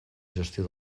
gestió